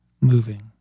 moving